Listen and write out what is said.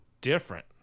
different